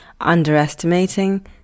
underestimating